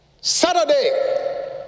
Saturday